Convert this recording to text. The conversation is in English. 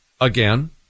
again